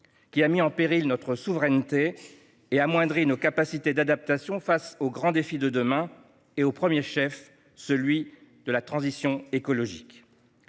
qui a mis en péril notre souveraineté et amoindri nos capacités d'adaptation face aux grands défis de demain, au premier chef celui de la transition écologique.